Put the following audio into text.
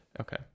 Okay